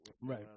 Right